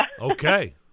Okay